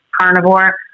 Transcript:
carnivore